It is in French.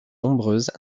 nombreuses